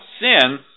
sin